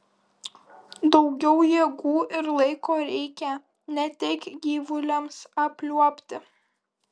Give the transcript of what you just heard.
daugiau jėgų ir laiko reikia ne tik gyvuliams apliuobti